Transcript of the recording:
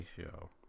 show